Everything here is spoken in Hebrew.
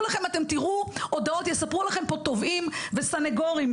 לכם: יספרו לכם פה תובעים וסנגורים,